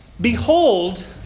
Behold